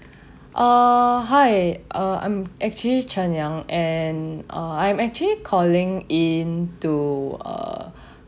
uh hi uh I'm actually cheng liang and uh I'm actually calling in to uh